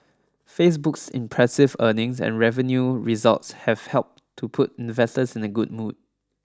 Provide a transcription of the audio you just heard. Facebook's impressive earnings and revenue results have helped to put investors in the good mood